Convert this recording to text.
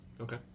Okay